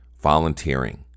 volunteering